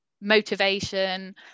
motivation